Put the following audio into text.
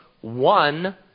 one